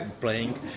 playing